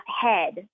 head